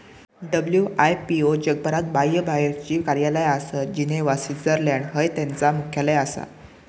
WIPO जगभरात बाह्यबाहेरची कार्यालया आसत, जिनेव्हा, स्वित्झर्लंड हय त्यांचा मुख्यालय आसा